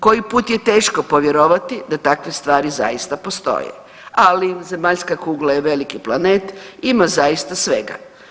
Koji put je teško povjerovati da takve stvari zaista postoje, ali zemaljska kugla je veliki planet, ima zaista svega.